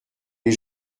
les